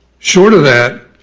short of that,